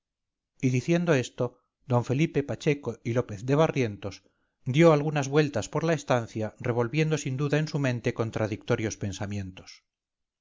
y diciendo esto d felipe pacheco y lópez de barrientos dio algunas vueltas por la estancia revolviendo sin duda en su mente contradictorios pensamientos